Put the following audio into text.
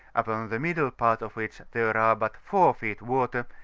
upon the middle part of which there are but four feet water,